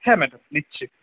হ্যাঁ ম্যাডাম দিচ্ছি